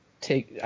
take